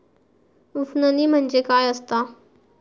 उफणणी म्हणजे काय असतां?